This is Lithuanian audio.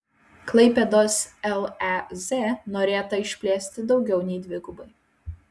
klaipėdos lez norėta išplėsti daugiau nei dvigubai